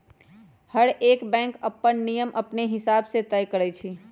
हरएक बैंक अप्पन नियम अपने हिसाब से तय करई छई